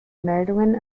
meldungen